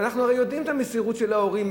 ואנחנו לא יודעים את המסירות של ההורים,